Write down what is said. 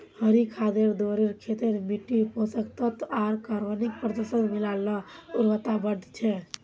हरी खादेर द्वारे खेतेर मिट्टित पोषक तत्त्व आर कार्बनिक पदार्थक मिला ल उर्वरता बढ़ छेक